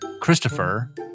Christopher